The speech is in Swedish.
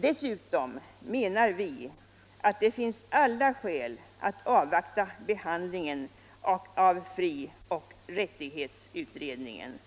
Dessutom menar vi att det finns alla skäl att avvakta behandlingen av frioch rättighetsutredningen.